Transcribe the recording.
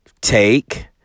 take